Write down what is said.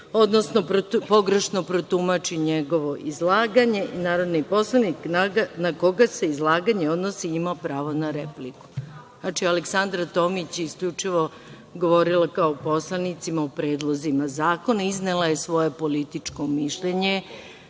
odnosno pogrešno protumači njegovo izlaganje, narodni poslanik na koga se izlaganje odnosi ima pravo na repliku. Znači, Aleksandra Tomić je isključivo govorila kao poslanica o predlozima zakona. Iznela je svoje političko mišljenje,